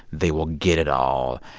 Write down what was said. they will get it all.